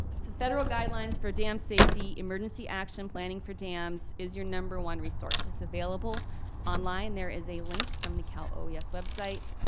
so federal guidelines for dam safety emergency action planning for dams is your number one resource. it's available online. there is a link from the cal oes website.